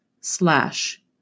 slash